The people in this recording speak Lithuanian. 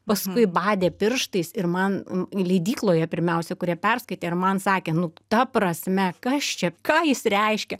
paskui badė pirštais ir man leidykloje pirmiausia kurie perskaitė ir man sakė nu ta prasme kas čia ką jis reiškia